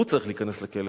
הוא צריך להיכנס לכלא.